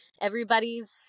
everybody's